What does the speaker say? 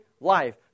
life